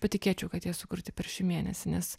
patikėčiau kad jie sukurti per šį mėnesį nes